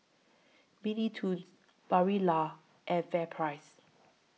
Mini Toons Barilla and FairPrice